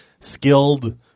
skilled